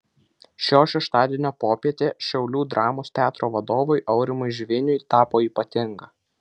šio šeštadienio popietė šiaulių dramos teatro vadovui aurimui žviniui tapo ypatinga